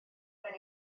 ben